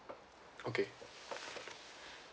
okay